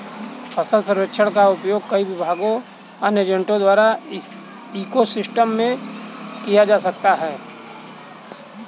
फसल सर्वेक्षण का उपयोग कई विभागों और अन्य एजेंटों द्वारा इको सिस्टम में किया जा सकता है